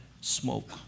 smoke